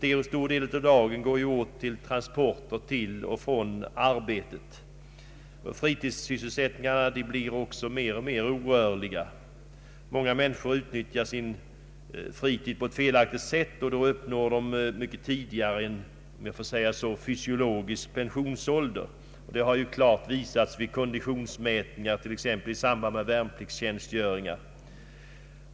En stor del av dagen går åt för resor till och från arbetet. Fritidssysselsättningarna blir också mer och mer orörliga. Många människor utnyttjar sin fritid på ett felaktigt sätt, och då uppnår de mycket tidigare en så att säga fysiologisk pensionsålder. Det har ju klart visats vid konditionsmätningar t.ex. i samband med värnpliktstjänstgöring.